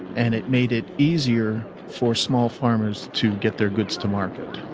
and it made it easier for small farmers to get their goods to market.